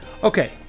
Okay